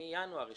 מינואר השנה,